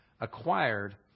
acquired